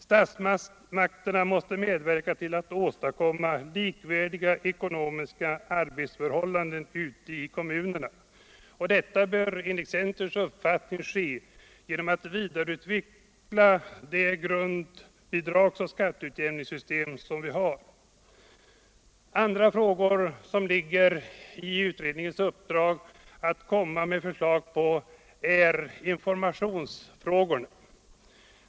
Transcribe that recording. Statsmakterna — Den kommunala måste medverka till att åstadkomma likvärdiga ekonomiska arbetsförhål — demokratin m.m. landen ute i kommunerna. Detta bör enligt centerns uppfattning ske genom vidareutveckling av det grundbidragsoch skatteutjämningssystem som vi har. Det ingår också i utredningens uppdrag att lägga fram förslag i andra frågor, exempelvis informationsfrågor.